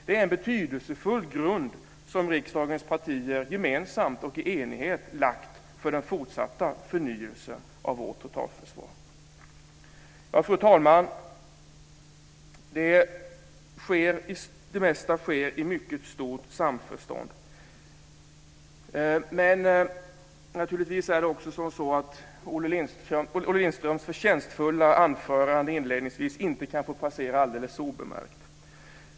Det är en betydelsefull grund som riksdagens partier gemensamt och i enighet lagt för den fortsatta förnyelsen av vårt totalförsvar. Fru talman! Det mesta sker i mycket stort samförstånd. Men naturligtvis kan inte Olle Lindströms förtjänstfulla anförande inledningsvis få passera alldeles obemärkt.